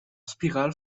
spirale